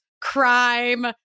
crime